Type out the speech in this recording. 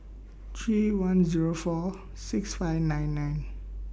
three one Zero four six five nine nine